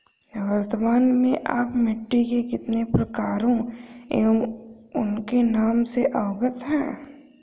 वर्तमान में आप मिट्टी के कितने प्रकारों एवं उनके नाम से अवगत हैं?